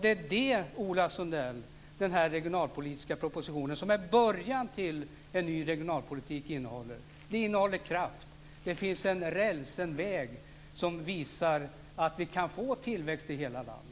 Det är detta som denna proposition, som är början till en ny regionalpolitik, innehåller. Den innehåller kraft. Det finns en väg som visar att det går att få tillväxt i hela landet.